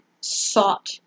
sought